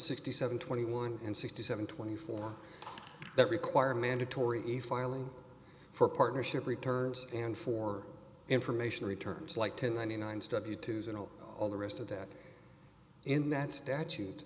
sixty seven twenty one and sixty seven twenty four that require mandatory east filing for partnership returns and for information returns like ten twenty nine stub utusan or all the rest of that in that statute